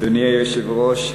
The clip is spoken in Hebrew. אדוני היושב-ראש,